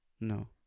no